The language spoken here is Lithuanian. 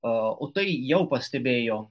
o o tai jau pastebėjo